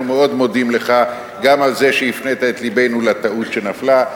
אנחנו מאוד מודים לך גם על זה שהפנית את תשומת לבנו לטעות שנפלה.